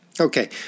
Okay